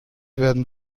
werden